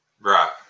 Right